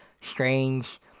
strange